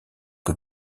que